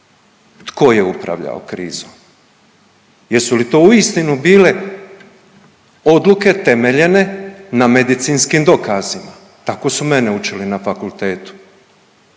tko je upravljao krizom. Jesu li to uistinu bile odluke temeljene na medicinskim dokazima? Tako su mene učinili na fakultetu.